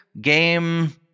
game